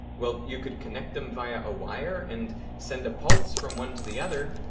well, you could connect them via a wire and send a pulse from one to the other,